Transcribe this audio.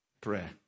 prayer